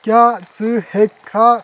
کیٛاہ ژٕ ہیٚکہِ کھا